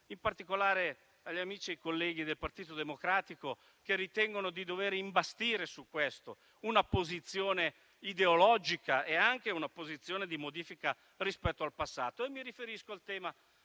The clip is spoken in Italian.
in particolare agli amici e colleghi del Partito Democratico, che ritengono di dover imbastire su questo una posizione ideologica e anche di modifica rispetto al passato: